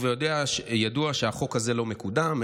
שהחוק הזה לא מקודם,